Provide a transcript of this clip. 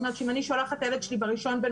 זאת אומרת שאם אני שולחת את ילד שלי ב-1 בנובמבר,